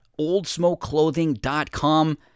OldSmokeClothing.com